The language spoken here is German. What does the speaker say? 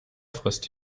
frisst